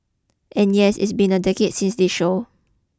and yes it's been a decade since this show